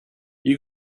you